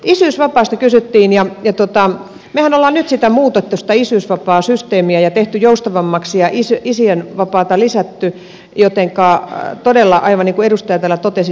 isyysvapaasta kysyttiin ja mehän olemme nyt muuttaneet sitä isyysvapaasysteemiä ja tehneet joustavammaksi ja isien vapaata lisänneet jotenka todella aivan niin kuin edustaja täällä totesi se on hyvä edistys